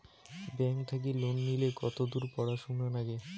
Bank থাকি loan নিলে কতদূর পড়াশুনা নাগে?